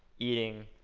eating,